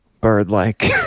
bird-like